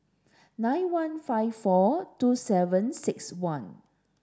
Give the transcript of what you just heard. nine one five four two seven six one